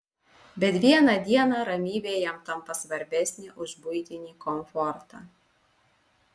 bet vieną dieną ramybė jam tampa svarbesnė už buitinį komfortą